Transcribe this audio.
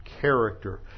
character